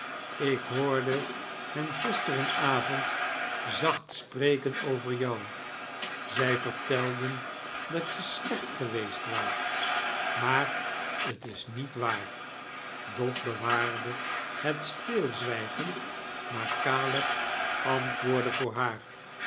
lk hoorde hen gisteren avond zacht spreken over jou zij verteldem dat je slecht geweest waart maar t is miet waar dot bewaarde het stilzwijgea maar caleb antwoordde voor haar